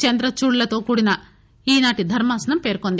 చంద్రచూడ్ లతో కూడిన ఈనాటి ధర్మాసనం పేర్కొంది